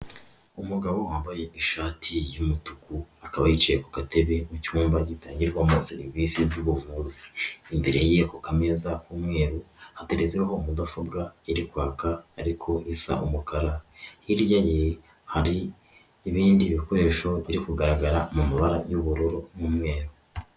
Umugabo wambaye ishati y'umutuku akaba yicaye ku katebe mu cyumba gitangirwamo serivisi z'ubuvuzi, imbere ye ku kameza ku mweru hateretseho mudasobwa iri kwaka ariko isa umukara, hirya ye hari ibindi bikoresho biri kugaragara mu mabara y'ubururu n'umweru.